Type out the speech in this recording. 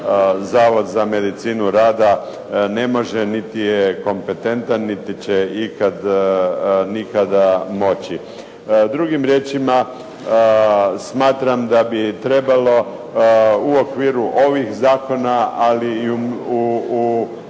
Zavod za medicinu rada ne može niti je kompetentan niti će nikada moći. Drugim riječima smatram da bi trebalo u okviru ovih zakona ali i u